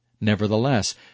Nevertheless